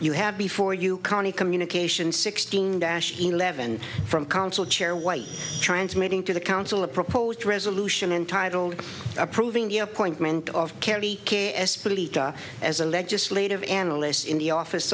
you have before you county communication sixteen dash eleven from council chair white transmitting to the council a proposed resolution entitled approving the appointment of kerry as a legislative analyst in the office